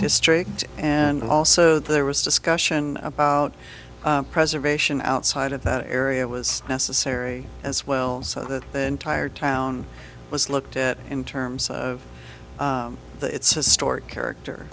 history and also there was discussion about preservation outside of that area was necessary as well so that the entire town was looked at in terms of its historic character